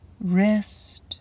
wrist